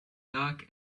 dark